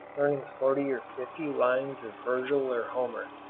learning forty or fifty lines of virgil or homer,